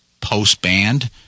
post-band